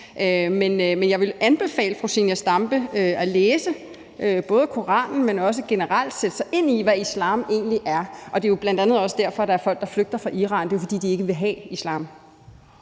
men jeg vil anbefale fru Zenia Stampe både at læse Koranen, men også generelt at sætte sig ind i, hvad islam egentlig er. Det er jo bl.a. også derfor, at der er folk, der flygter fra Iran. Det er jo, fordi de ikke vil have islam.